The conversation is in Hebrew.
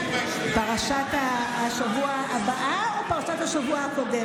פרשת השבוע הבאה או פרשת השבוע הקודמת?